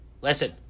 Listen